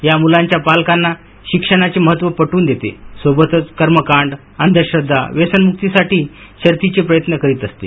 या मुलांच्या पालकांना शिक्षणाचे महत्त्व पटवून देते सोबतच कर्मकांड अंधश्रद्वा व्यसनमुक्तीसाठी शर्थीचे प्रयत्न करीत असते